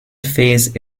phase